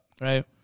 right